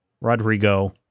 Rodrigo